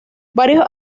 varios